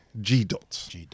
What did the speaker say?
G-Dot